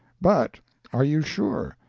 but are you sure,